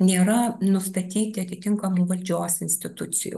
nėra nustatyti atitinkamų valdžios institucijų